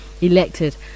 elected